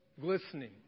glistening